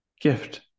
gift